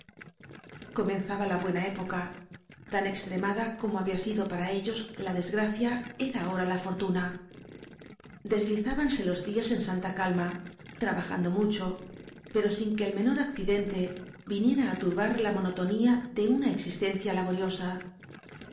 comenzaba la buena época tan extre mada como había sido para ellos la desgracia era ahora la fortuna deslizábanse los días en santa calma trabajando mucho pero sin que el menor accidente viniera á turbar la mono tonía de una existencia laboriosa